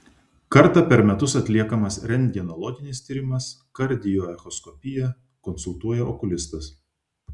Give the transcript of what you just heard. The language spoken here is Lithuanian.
kartą per metus atliekamas rentgenologinis tyrimas kardioechoskopija konsultuoja okulistas